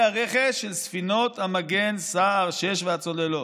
הרכש של ספינות המגן סער 6 והצוללות.